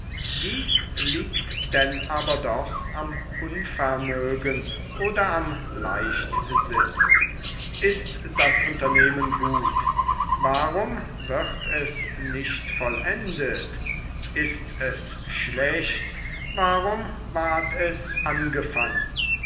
dies liegt denn aber doch am unvermögen oder am leichtsinn ist das unternehmen gut warum wird es nicht vollendet ist es schlecht warum ward es angefangen